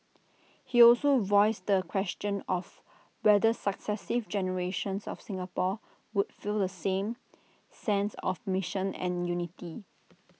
he also voiced the question of whether successive generations of Singapore would feel the same sense of mission and unity